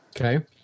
Okay